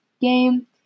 game